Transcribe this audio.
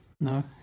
No